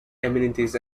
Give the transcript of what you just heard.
amenities